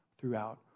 throughout